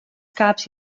caps